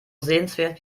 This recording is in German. sehenswert